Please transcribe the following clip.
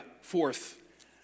fourth